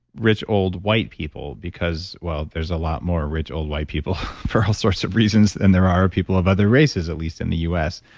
rich old white people because, well, there's a lot more rich, old white people for all sorts of reasons than there are are people of other races, at least in the us.